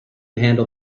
handle